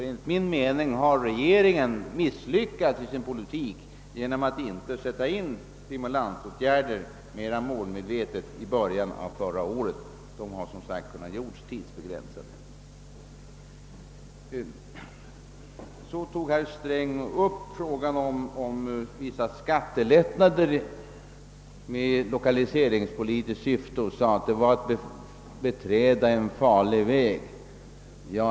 Enligt min mening har regeringen misslyckats i sin politik genom att inte mera målmedvetet sätta in stimulansåtgärder i början av förra året. De skulle som sagt ha kunnat göras tidsbegränsade. Herr Sträng tog vidare upp frågan, om vissa skattelättnader skulle kunna göras i lokaliseringspolitiskt syfte och sade, att det var att beträda en farlig väg.